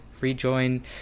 rejoin